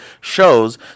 shows